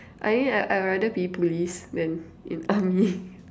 I mean I I rather be police than in army